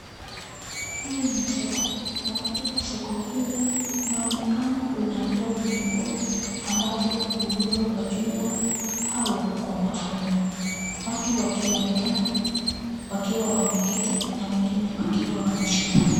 Hii ni soko, na katika soko hii, kunaonekana kunauzwa vitunguu ambavyo huuzwa kwa jumla au kwa mafungu. Watu wakionekana wakiwa wameketi na wengine wakiwa wamesimama.